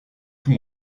tout